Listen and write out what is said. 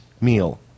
meal